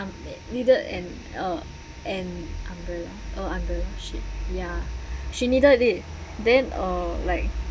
needed an uh an umbrella oh umbrella ya she needed it then uh like